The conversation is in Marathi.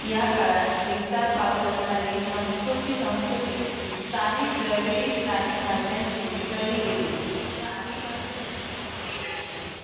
या काळात विस्तार पावत असणारी संस्कृतची संस्कृती स्थानिक द्रविडी स्थानिक भाषांशी मिसळली गेली ज्या आधीपासूनच लोकप्रिय होत्या